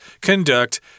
conduct